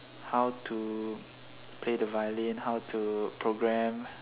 how to play the violin how to program